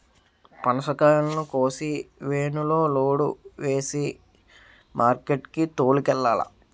పనసకాయలను కోసి వేనులో లోడు సేసి మార్కెట్ కి తోలుకెల్లాల